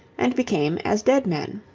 and became as dead men.